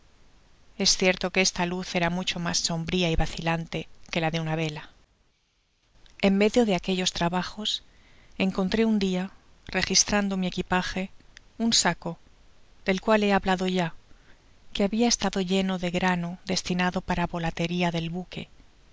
es cierto que esta luz era mucho mas sombria y vacilante que la de una vela en medio de aquellos trabajos encontré un dia registrando mi equipaje un saco del cual he hablado ya que habia estado lleno de grauo destinado para volateria del buque